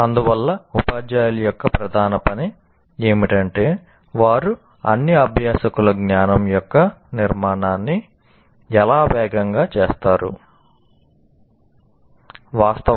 అందువల్ల ఉపాధ్యాయుల యొక్క ప్రధాన పని ఏమిటంటే వారు అన్ని అభ్యాసకుల జ్ఞానం యొక్క నిర్మాణాన్ని ఎలా వేగంగా చేస్తారు